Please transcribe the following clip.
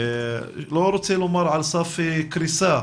לא רוצה לומר על סף קריסה,